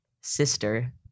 sister